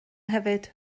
hefyd